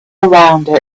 around